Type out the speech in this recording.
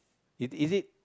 it is it